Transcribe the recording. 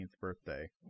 birthday